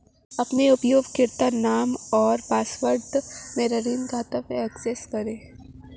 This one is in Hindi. अपने उपयोगकर्ता नाम और पासवर्ड के साथ मेरा ऋण खाता एक्सेस करें